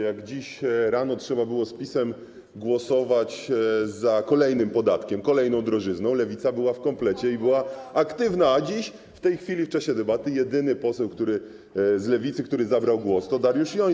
Jak dziś rano trzeba było z PiS-em głosować za kolejnym podatkiem, kolejną drożyzną, Lewica była w komplecie i była aktywna, a w tej chwili w czasie debaty jedyny poseł z Lewicy, który zabrał głos, to Dariusz Joński.